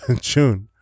June